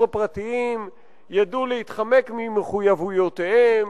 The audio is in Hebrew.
הפרטיים ידעו להתחמק ממחויבויותיהם,